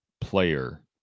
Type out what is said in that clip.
player